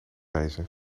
wijze